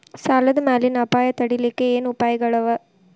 ಸಾಲದ್ ಮ್ಯಾಲಿನ್ ಅಪಾಯ ತಡಿಲಿಕ್ಕೆ ಏನ್ ಉಪಾಯ್ಗಳವ?